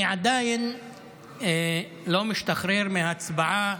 אני עדיין לא משתחרר מההצבעה